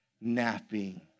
Napping